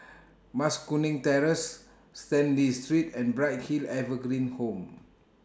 Mas Kuning Terrace Stanley Street and Bright Hill Evergreen Home